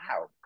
wow